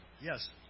Yes